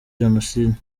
jenoside